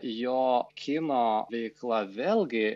jo kino veikla vėlgi